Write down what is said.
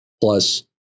plus